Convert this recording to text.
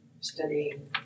studying